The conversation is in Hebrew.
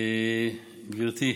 גברתי,